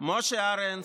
משה ארנס,